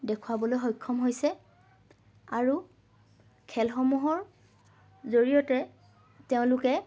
দেখুৱাবলৈ সক্ষম হৈছে আৰু খেলসমূহৰ জৰিয়তে তেওঁলোকে